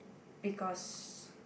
because